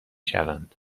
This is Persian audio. شوند